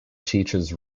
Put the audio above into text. teaches